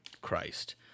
Christ